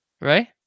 right